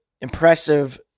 impressive